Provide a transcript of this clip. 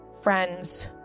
friends